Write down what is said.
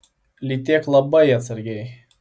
lytėk labai atsargiai